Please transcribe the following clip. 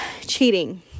cheating